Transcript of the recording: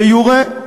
דה-יורה,